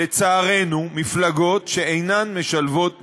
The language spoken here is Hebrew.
לצערנו, מפלגות שאינן משלבות נשים,